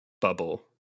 bubble